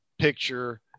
picture